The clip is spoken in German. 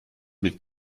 mit